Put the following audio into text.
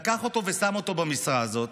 לקח אותו ושם אותו במשרה הזאת,